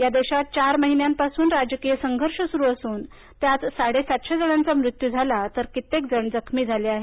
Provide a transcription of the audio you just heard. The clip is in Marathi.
या देशात चार महिन्यांपासून राजकीय संघर्ष सुरू असून त्यात साडेसातशे जणांचा मृत्यू झाला तर कित्येक जण जखमी झाले आहेत